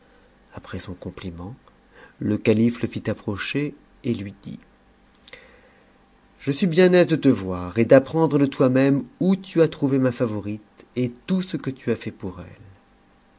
après son compliment ë calife le fit approcher et lui dit je suis bien aise de te voir et d'apprendre de toi-même où tu as trouvé ma favorite et tout ce que tu as fait pour elle